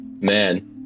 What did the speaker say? Man